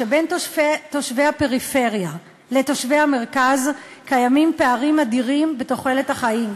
שבין תושבי הפריפריה לתושבי המרכז קיימים פערים אדירים בתוחלת החיים,